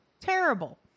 terrible